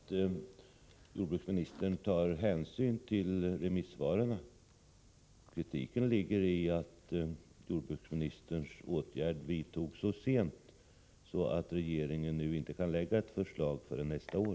Herr talman! Kritiken gäller inte att jordbruksministern tar hänsyn till remissvaren. Kritiken gäller att jordbruksministerns åtgärder vidtogs så sent att regeringen inte kan lägga fram ett förslag förrän nästa år.